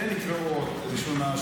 אין קריאות ראשונה,